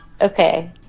Okay